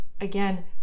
again